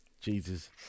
Jesus